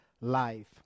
life